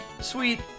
Sweet